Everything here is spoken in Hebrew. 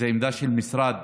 זאת עמדה של המשרד